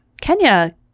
Kenya